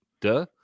duh